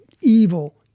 evil